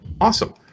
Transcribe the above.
Awesome